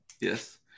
Yes